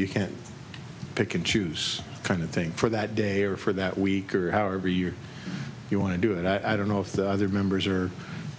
you can't pick and choose kind of thing for that day or for that week or hour every year you want to do it i don't know if the other members are